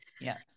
yes